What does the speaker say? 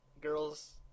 Girls